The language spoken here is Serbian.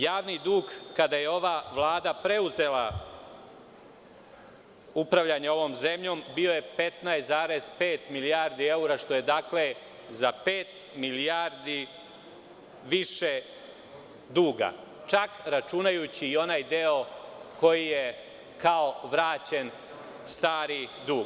Javni dug, kada je ova vlada preuzela upravljanje ovom zemljom, bio je 15,5 milijardi evra, što je, dakle, za pet milijardi više duga, čak računajući i onaj deo koji je kao vraćen stari dug.